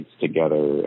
together